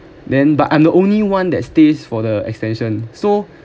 then but I'm the only one that stays for the extension so